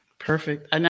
Perfect